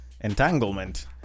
entanglement